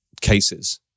cases